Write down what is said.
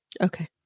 okay